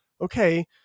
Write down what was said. okay